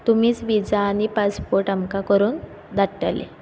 तुमीच व्हिजा आनी पासपोर्ट आमकां करून धाडटले